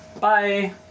Bye